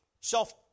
self